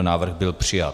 Návrh byl přijat.